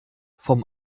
vom